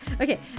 Okay